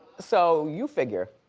so you figure.